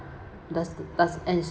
does does an